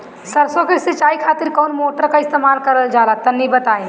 सरसो के सिंचाई खातिर कौन मोटर का इस्तेमाल करल जाला तनि बताई?